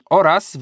oraz